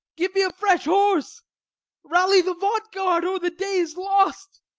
give me a fresh horse rally the vaunt-guard, or the day is lost,